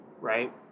right